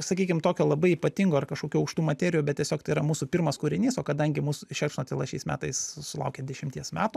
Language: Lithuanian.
sakykim tokio labai ypatingo ar kažkokių aukštų materijų bet tiesiog tai yra mūsų pirmas kūrinys o kadangi mus šerkšno tyla šiais metais sulaukė dešimties metų